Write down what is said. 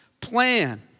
plan